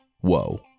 Whoa